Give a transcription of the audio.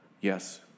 Yes